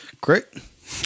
Great